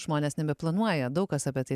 žmonės nebeplanuoja daug kas apie tai